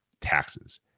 taxes